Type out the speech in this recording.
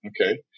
Okay